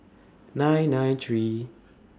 nine nine three